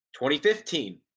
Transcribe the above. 2015